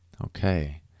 Okay